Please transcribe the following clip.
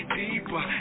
deeper